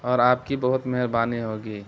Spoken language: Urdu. اور آپ کی بہت مہربانی ہوگی